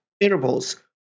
intervals